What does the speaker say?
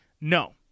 No